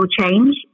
change